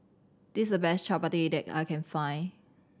this is a best Chapati that I can find